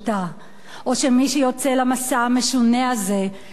או שמי שיוצא למסע המשונה הזה יכול להעריך